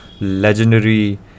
legendary